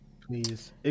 Please